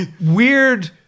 weird